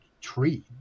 tree